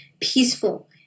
peaceful